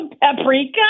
Paprika